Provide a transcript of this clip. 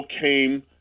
came